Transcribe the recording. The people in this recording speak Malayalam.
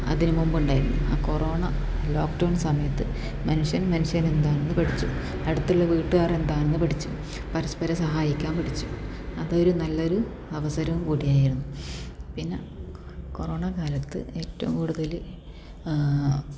അതിനുമുമ്പ് ഉണ്ടായിരുന്നത് കൊറോണ ലോക്ക്ഡൗൺ സമയത്ത് മനുഷ്യൻ മനുഷ്യൻ എന്താണെന്ന് പഠിച്ചു അടുത്തുള്ള വീട്ടുകാർ എന്താണെന്ന് പഠിച്ചു പരസ്പരം സഹായിക്കാൻ പഠിച്ചു അതൊരു നല്ലൊരു അവസരവും കൂടിയായിരുന്നു പിന്നെ കൊറോണ കാലത്ത് ഏറ്റവും കൂടുതൽ